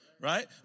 right